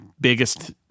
biggest